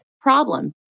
problem